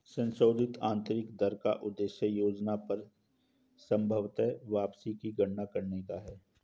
संशोधित आंतरिक दर का उद्देश्य योजना पर संभवत वापसी की गणना करने का है